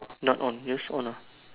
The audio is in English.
not one that's all lah